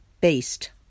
based